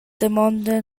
damonda